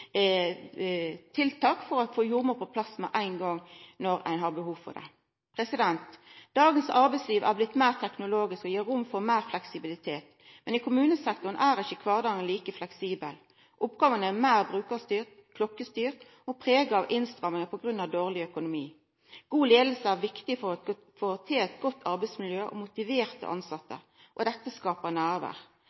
tiltak for å få jordmor på plass med ein gong når ein har behov for det. Dagens arbeidsliv er meir teknologisk og gir rom for meir fleksibilitet. Men i kommunesektoren er ikkje kvardagen like fleksibel. Oppgåvene er meir brukar- og klokkestyrte og prega av innstrammingar på grunn av dårlig økonomi. God leiing er viktig for å få eit godt arbeidsmiljø og motiverte tilsette, og dette skapar